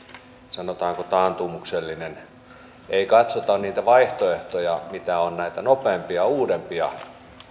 sanotaanko taantumuksellinen ei katsota niitä vaihtoehtoja mitä on näitä nopeampia uudempia